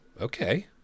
okay